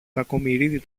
κακομοιρίδη